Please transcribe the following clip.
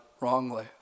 wrongly